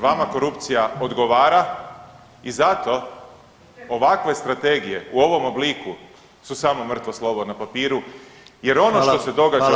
Vama korupcija odgovara i zato ovakve strategije u ovom obliku su samo mrtvo slovo na papiru jer ono što se događa